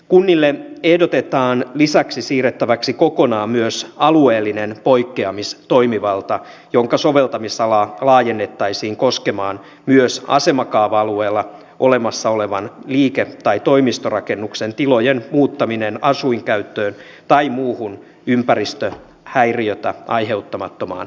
kunnille ehdotetaan lisäksi siirrettäväksi kokonaan myös alueellinen poikkeamistoimivalta jonka soveltamisalaa laajennettaisiin koskemaan myös asemakaava alueella olemassa olevan liike tai toimistorakennuksen tilojen muuttamista asuinkäyttöön tai muuhun ympäristöhäiriötä aiheuttamattomaan käyttöön